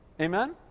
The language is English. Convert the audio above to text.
Amen